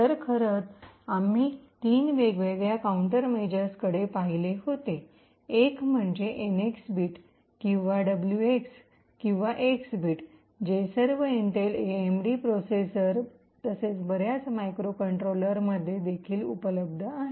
तर खरं तर आम्ही तीन वेगवेगळ्या काउंटरमेजरसकडे पाहिले होते एक म्हणजे एनएक्स बिट किंवा डब्ल्यूएक्स किंवा एक्स बिट जे सर्व इंटेल एएमडी प्रोसेसर तसेच बर्याच मायक्रोकंट्रोलरमध्ये देखील उपलब्ध आहे